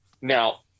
Now